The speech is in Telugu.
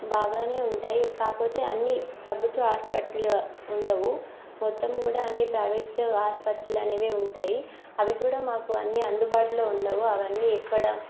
బాగానే ఉంటాయి కాకపోతే అన్ని ప్రభుత్వ హాస్పటళ్ళు ఉండవు మొత్తం కూడా అన్ని ప్రైవేట్ ఆసుపత్రులు అనేవే ఉంటాయి అవి కూడా మాకు అన్ని అందుబాటులో ఉండవు అవన్నీ ఇక్కడ